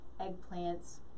eggplants